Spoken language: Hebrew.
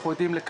אנחנו יודעים,